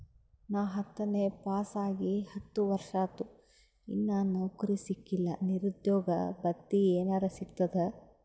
ನಾ ಹತ್ತನೇ ಪಾಸ್ ಆಗಿ ಹತ್ತ ವರ್ಸಾತು, ಇನ್ನಾ ನೌಕ್ರಿನೆ ಸಿಕಿಲ್ಲ, ನಿರುದ್ಯೋಗ ಭತ್ತಿ ಎನೆರೆ ಸಿಗ್ತದಾ?